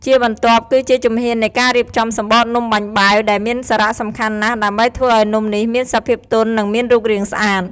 ជាបន្ទាប់ គឺជាជំហាននៃការរៀបចំសំបកនំបាញ់បែវ ដែលមានសារៈសំខាន់ណាស់ ដើម្បីធ្វើឱ្យនំនេះមានសភាពទន់ និងមានរូបរាងស្អាត។